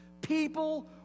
people